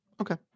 Okay